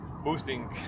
boosting